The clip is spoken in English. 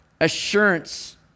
assurance